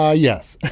yeah yes